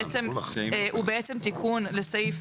הוא בעצם תיקון לסעיף,